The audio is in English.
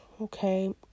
okay